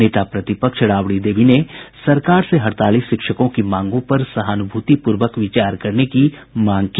नेता प्रतिपक्ष राबड़ी देवी ने सरकार से हड़ताली शिक्षकों की मांगों पर सहानुभूतिपूर्वक विचार करने की मांग की